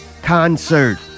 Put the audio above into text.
concert